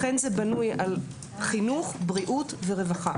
לכן זה בנוי על חינוך, בריאות ורווחה.